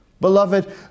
Beloved